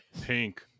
pink